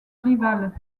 rivale